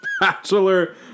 bachelor